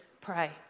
pray